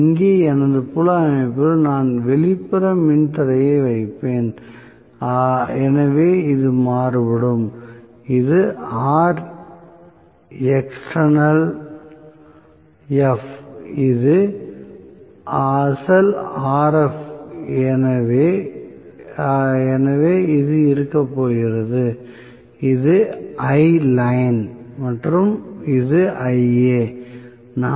இங்கே எனது புல அமைப்பில் நான் வெளிப்புற மின் தடையை வைப்பேன் எனவே இது மாறுபடும் இது Rexternalf இது அசல் Rf எனவே இது இருக்கப் போகிறது இது Iline மற்றும் இது Ia